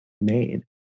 made